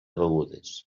begudes